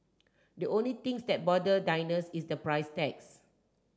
the only things that bother diners is the price tags